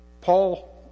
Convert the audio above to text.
Paul